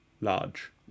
large